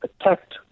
attacked